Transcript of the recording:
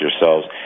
yourselves